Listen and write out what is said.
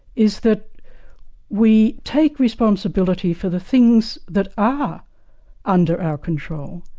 is that we take responsibility for the things that are under our control,